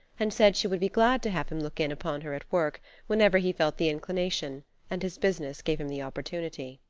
and said she would be glad to have him look in upon her at work whenever he felt the inclination and his business gave him the opportunity.